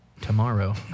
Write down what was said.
tomorrow